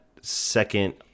second